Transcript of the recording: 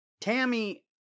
Tammy